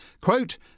Quote